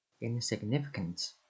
Insignificant